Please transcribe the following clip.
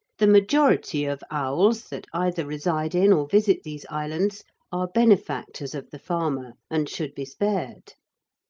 the majority of owls that either reside in or visit these islands are benefactors of the farmer, and should be spared.